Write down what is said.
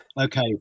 okay